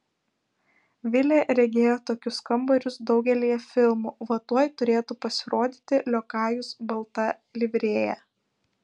vilė regėjo tokius kambarius daugelyje filmų va tuoj turėtų pasirodyti liokajus balta livrėja